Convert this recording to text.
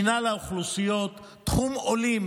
מינהל האוכלוסיות, תחום עולים